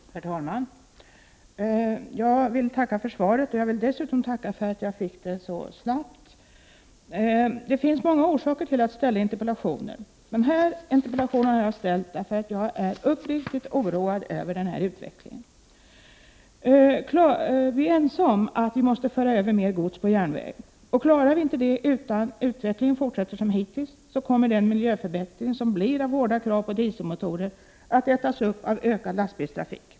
Herr talman! Jag vill tacka för svaret. Jag vill dessutom tacka för att jag fick det så snabbt. Det finns många orsaker till att ställa interpellationer. Jag har ställt den här interpellationen därför att jag är uppriktigt oroad över utvecklingen. Vi är ense om att vi måste föra över mer gods på järnvägen. Klarar vi inte detta, utan utvecklingen fortsätter som hittills, kommer den miljöförbättring som blir resultatet av hårda krav på dieselmotorer att ätas upp av ökad lastbilstrafik.